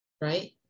right